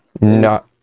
No